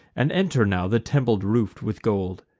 and enter now, the temple roof'd with gold.